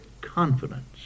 confidence